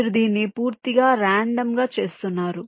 మీరు దీన్ని పూర్తిగా రాండమ్ గా చేస్తున్నారు